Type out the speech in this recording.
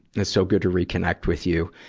and it's so good to reconnect with you.